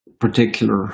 particular